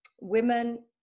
women